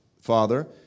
father